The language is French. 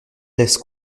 laissent